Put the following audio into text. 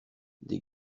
des